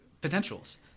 potentials